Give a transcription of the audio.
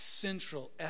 central